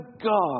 God